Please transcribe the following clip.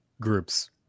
groups